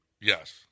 Yes